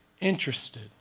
interested